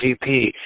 VP